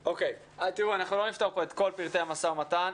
אנחנו לא נפתור פה את כל פרטי המשא-ומתן,